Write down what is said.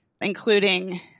including